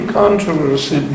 controversy